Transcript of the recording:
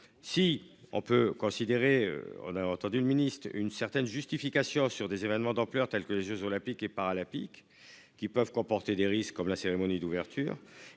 Si on peut considérer, on a entendu le Ministre une certaine justification sur des événements d'ampleur telle que les Jeux olympiques et paralympiques qui peuvent comporter des risques comme la cérémonie d'ouverture.